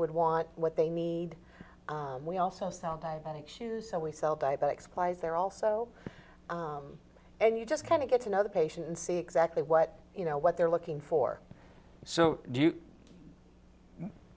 would want what they need we also saw a diabetic shoes so we sell diabetic supplies there also and you just kind of get to know the patient and see exactly what you know what they're looking for so do you